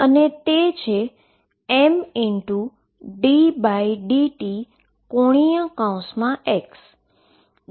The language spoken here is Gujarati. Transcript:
અને તે mddt⟨x⟩ છે